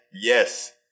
Yes